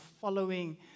following